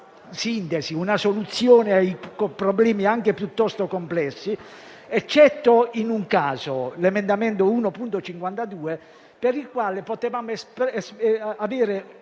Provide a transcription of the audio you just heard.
una soluzione ai problemi, anche piuttosto complessi, ad eccezione di un caso, ossia l'emendamento 1.52, per il quale potevamo avere